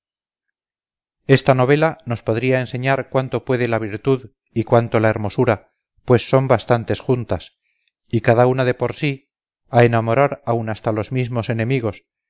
esta novela nos podría enseñar cuánto puede la virtud y cuánto la hermosura pues son bastantes juntas y cada una de por sí a enamorar aun hasta los mismos enemigos